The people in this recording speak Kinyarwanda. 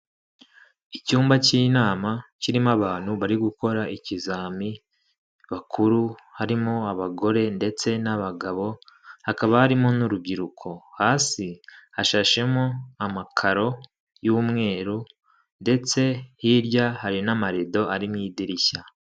Icyumba cy'inama kirimo abantu bari gukora ikizami bakuru harimo; abagore ndetse n'abagabo hakaba harimo n'urubyiruko, hasi hashashemo amakaro y'umweru ndetse hirya hari n'amarido ari mu idirishya.